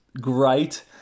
great